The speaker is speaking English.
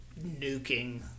nuking